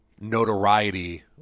notoriety